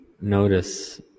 notice